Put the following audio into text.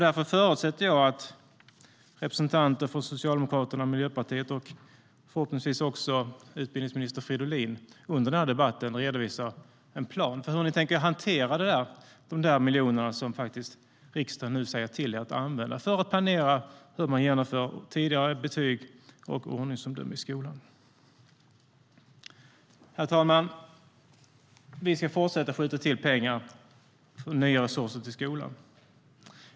Därför förutsätter jag att representanter för Socialdemokraterna och Miljöpartiet och förhoppningsvis också utbildningsminister Fridolin under den här debatten redovisar en plan för hur ni tänker hantera de miljoner som riksdagen faktiskt nu säger till er att använda för att planera för tidigare betyg och ordningsomdömen i skolan. Herr talman! Vi ska fortsätta skjuta till pengar, nya resurser, till skolan.